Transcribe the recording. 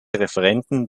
referenden